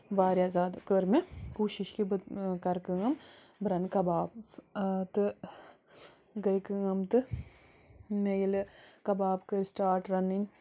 وارِیاہ زیادٕ کٔر مےٚ کوٗشش کہِ بہٕ کَرٕ کٲم بہٕ رَنہٕ کَباب تہٕ گٔے کٲم تہٕ مےٚ ییٚلہِ کَباب کٔر سِٹاٹ رَنٕنۍ